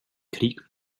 krieg